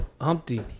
Humpty